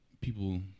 people